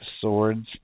swords